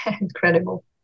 incredible